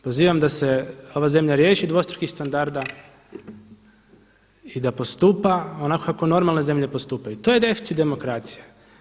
Pozivam da se ova zemlja riješi dvostrukih standarda i da postupa onako kako normalne zemlje postupaju, to je deficit demokracije.